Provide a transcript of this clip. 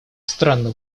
странно